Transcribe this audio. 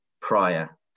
prior